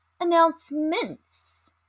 announcements